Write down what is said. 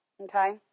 okay